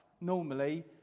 normally